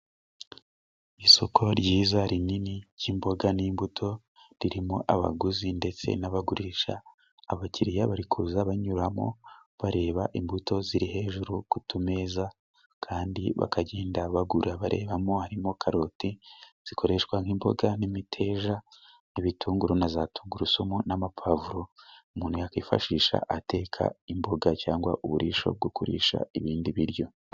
Isoko ryiza rinini ry'imboga n'imbuto, ririmo abaguzi ndetse n'abagurisha, abakiriya bari kuza banyuramo bareba imbuto ziri hejuru ku tumeza, kandi bakagenda bagura barebamo, harimo karoti zikoreshwa nk'imboga n'imiteja, ibitunguru na za tungurusumu, n'amapavuro, umuntu yakwifashisha ateka imboga cyangwa uburisho bwo kurisha ibindi biryo.